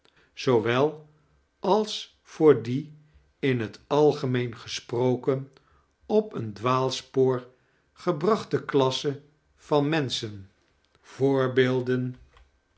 zoowel als voor die in het algemeen gesproken op een dwaalspoor gebrachte klase van menschen voorbeelden